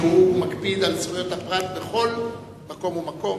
שמקפיד על זכויות הפרט בכל מקום ומקום,